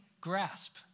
grasp